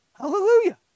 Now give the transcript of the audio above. Hallelujah